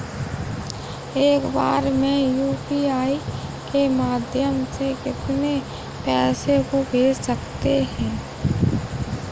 एक बार में यू.पी.आई के माध्यम से कितने पैसे को भेज सकते हैं?